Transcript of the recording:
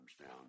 down